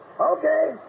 Okay